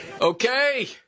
Okay